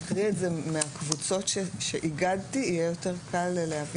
אולי אקריא את זה מהקבוצות שאיגדתי במסמך ההכנה ויהיה יותר קל להבין